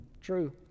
True